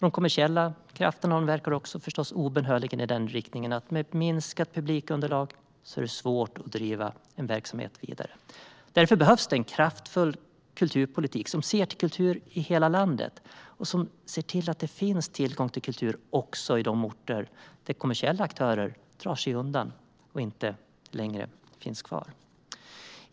De kommersiella krafterna verkar förstås också obönhörligen i den riktningen att det med ett minskat publikunderlag är svårt att driva en verksamhet vidare. Därför behövs en kraftfull kulturpolitik som ser till kultur i hela landet och som ser till att det finns tillgång till kultur också på de orter där kommersiella aktörer dragit sig undan och inte längre finns kvar.